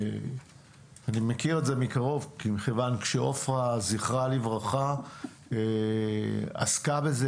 אני מכיר את זה מקרוב מכיוון שעופרה ז"ל עסקה בזה.